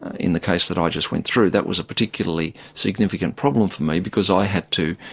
in the case that i just went through that was a particularly significant problem for me because i had to,